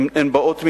הן באות מלמטה,